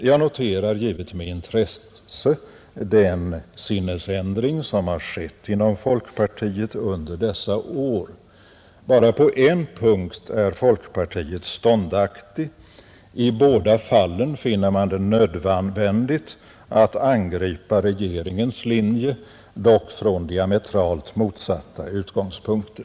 Jag noterar givetvis med intresse den sinnesändring som har skett inom folkpartiet under dessa år. Bara på en punkt är folkpartiet ståndaktigt: i båda fallen finner man det nödvändigt att angripa regeringens linje, dock från diametralt motsatta utgångspunkter.